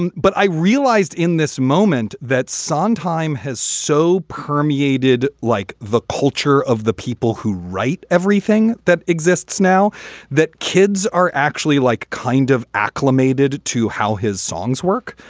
and but i realized in this moment that sondheim has so permeated like the culture of the people who write everything that exists now that kids are actually like kind of acclimated to how his songs work.